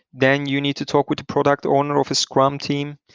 then you need to talk with the product owner of a scram team.